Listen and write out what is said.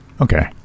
Okay